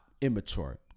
immature